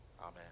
amen